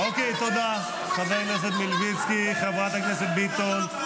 תודה, חבר הכנסת מלביצקי, חברת הכנסת ביטון,